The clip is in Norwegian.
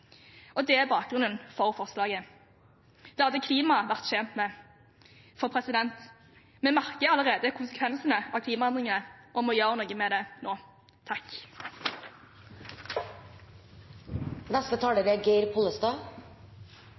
Det er bakgrunnen for forslaget. Det hadde klimaet vært tjent med. For vi merker allerede konsekvensene av klimaendringer, og vi må gjøre noe med det nå. Neste taler er Geir Pollestad.